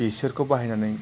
बिसोरखौ बाहायनानै